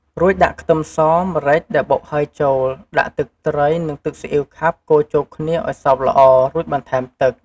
រួចដាក់ខ្ទឹមស ម្រេចដែលបុកហើយចូល ដាក់ទឹកត្រី និងទឹកស៊ីអ៉ីវខាប់កូរចូលគ្នាឱ្យសព្វល្អរួចបន្ថែមទឹក។